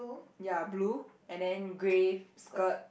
ya blue and then grey skirt